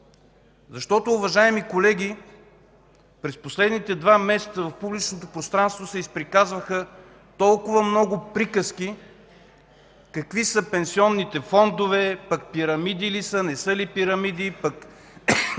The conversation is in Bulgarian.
Уважаеми колеги, през последните два месеца в публичното пространство се изприказваха толкова много приказки какви са пенсионните фондове – пирамиди ли са, не са ли пирамиди, имат